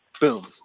boom